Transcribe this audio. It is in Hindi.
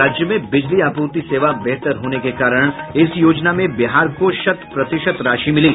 राज्य में बिजली आपूर्ति सेवा बेहतर होने के कारण इस योजना में बिहार को शत प्रतिशत राशि मिली